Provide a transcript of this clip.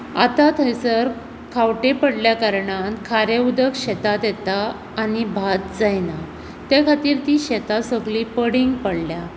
आतां थंयसर खावटे पडल्या कारणान खारें उदक शेतांत येता आनी भात जायना ते खातीर तीं शेतां सगळीं पडींग पडल्यात